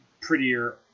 prettier